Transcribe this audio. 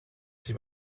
sich